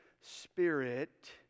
Spirit